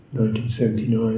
1979